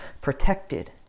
protected